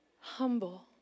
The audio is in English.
humble